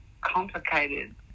complicated